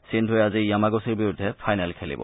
সিন্ধুবে আজি য়ামাণুচিৰ বিৰুদ্ধে ফাইনেল খেলিব